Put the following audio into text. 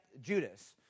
Judas